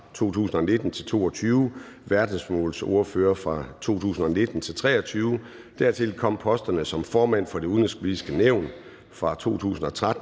fra 2019 til 2022, verdensmålsordfører fra 2019 til 2023, og dertil kom posterne som formand for Det Udenrigspolitiske Nævn fra 2013